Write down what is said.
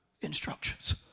instructions